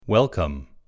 Welcome